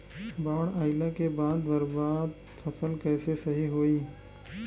बाढ़ आइला के बाद बर्बाद फसल कैसे सही होयी?